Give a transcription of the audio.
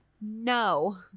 no